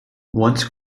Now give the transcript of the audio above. once